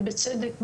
ובצדק,